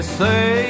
say